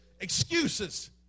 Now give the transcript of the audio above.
excuses